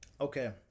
Okay